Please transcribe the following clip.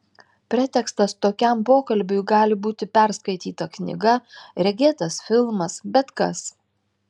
pretekstas tokiam pokalbiui gali būti perskaityta knyga regėtas filmas bet kas